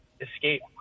escape